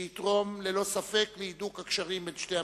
שיתרום, ללא ספק, להידוק הקשרים בין שתי המדינות.